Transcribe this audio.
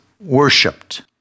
worshipped